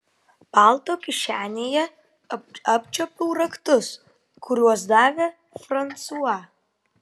palto kišenėje apčiuopiau raktus kuriuos davė fransua